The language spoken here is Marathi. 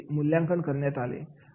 त्यांचे मूल्यांकन करण्यात आले